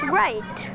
right